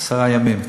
עשרה ימים,